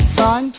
son